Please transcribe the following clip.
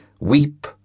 Weep